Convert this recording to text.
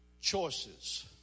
choices